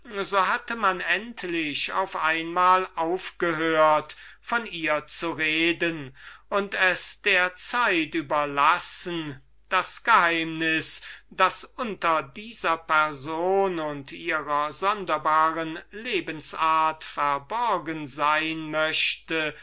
so hatte man endlich auf einmal aufgehört von ihr zu reden und es der zeit überlassen das geheimnis das unter dieser person und ihrer sonderbaren lebens-art verborgen sein möchte